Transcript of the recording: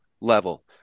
level